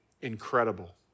incredible